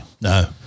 No